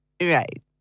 Right